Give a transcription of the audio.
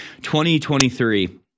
2023